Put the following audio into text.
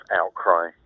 outcry